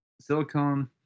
silicone